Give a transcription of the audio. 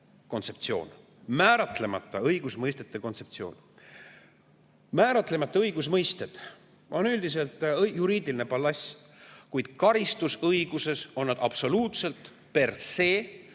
määratlemata õigusmõistete kontseptsioon. Määratlemata õigusmõisted on üldiselt juriidiline ballast, kuid karistusõiguses on nad absoluutseltper